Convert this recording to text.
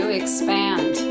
expand